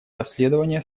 расследование